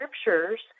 scriptures